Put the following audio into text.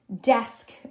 desk